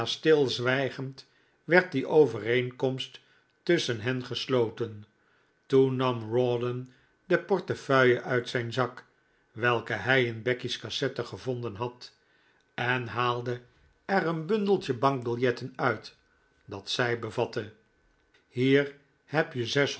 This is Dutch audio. stilzwijgend werd die overeenkomst tusschen hen ges'oten toen nam rawdon de portefeuille uit zijn zak welke hij in becky's cassette gevonden had en haalde er een bundeltje bankbiljetten uit dat zij bevatte hier heb je